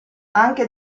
anche